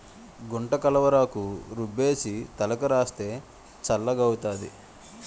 గుంటకలవరాకు రుబ్బేసి తలకు రాస్తే చల్లగౌతాది